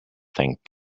thank